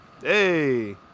Hey